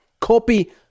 copy